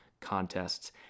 contests